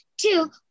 Two